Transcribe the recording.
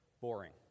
Boring